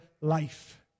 life